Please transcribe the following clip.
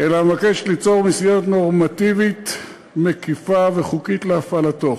אלא מבקשת ליצור מסגרת נורמטיבית מקיפה וחוקית להפעלתו.